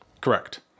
Correct